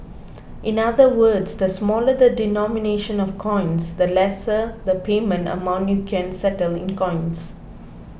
in other words the smaller the denomination of coins the lesser the payment amount you can settle in coins